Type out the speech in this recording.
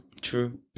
True